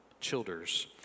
Childers